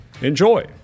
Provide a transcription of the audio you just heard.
Enjoy